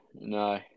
no